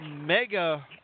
mega